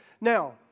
Now